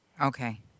Okay